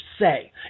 say